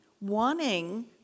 wanting